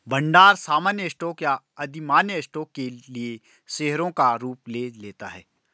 भंडार सामान्य स्टॉक या अधिमान्य स्टॉक के लिए शेयरों का रूप ले लेता है